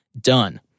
done